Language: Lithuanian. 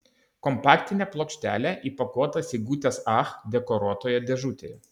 kompaktinė plokštelė įpakuota sigutės ach dekoruotoje dėžutėje